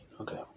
Okay